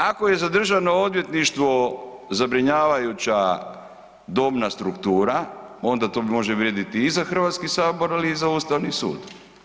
Ako je za Državno odvjetništvo zabrinjavajuća dobna struktura onda to može vrijediti i za Hrvatski sabor ali i za Ustavni sud.